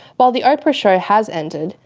while the oprah show has ended,